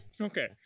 Okay